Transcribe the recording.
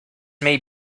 may